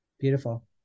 Beautiful